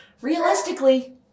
realistically